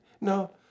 No